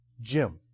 Jim